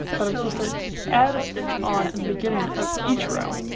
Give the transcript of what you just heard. but i'm supposed to add a stitch on at the beginning of each row.